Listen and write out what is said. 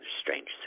strange